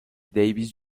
davis